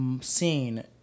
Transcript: scene